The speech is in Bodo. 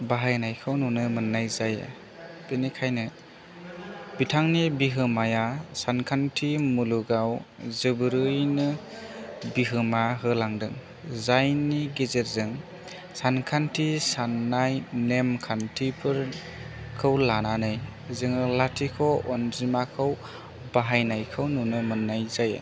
बाहायनायखौ नुनो मोन्नाय जायो बेनिखायनो बिथांनि बिहोमाया सानखान्थि मुलुगाव जोबोरैनो बिहोमा होलांदों जायनि गेजेरजों सानखान्थि सान्नाय नेमखान्थिफोरखौ लानानै जोङो लाथिख' अनजिमाखौ बाहायनायखौ नुनो मोन्नाय जायो